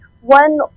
one